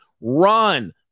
Run